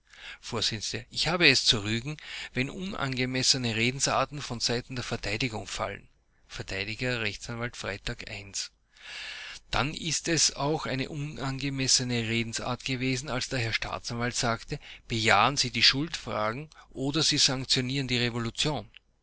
vors ich habe es zu rügen wenn unangemessene redensarten von seiten der verteidigung fallen verteidiger rechtsanwalt freytag i dann ist es auch eine unangemessene redensart gewesen als der herr staatsanwalt sagte bejahen sie die schuldfragen oder sie sanktionieren die revolution